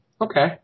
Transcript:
okay